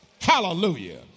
Hallelujah